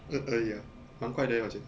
而而已 ah 蛮快的 eh 我觉得